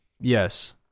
Yes